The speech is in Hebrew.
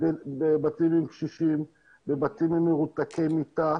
בבתים עם קשישים, בבתים עם מרותקי מיטה,